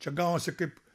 čia gavosi kaip